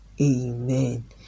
Amen